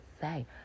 say